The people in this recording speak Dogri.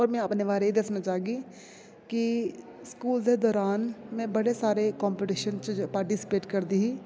होर में अपने बारे ई दस्सना चाह्गी की स्कूल दे दौरान में बड़े सारे कंपीटिशन च पार्टिसिपेट करदी ही